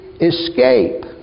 escape